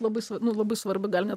labai nu labai svarbu gal net